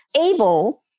able